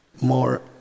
more